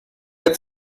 der